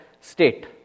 state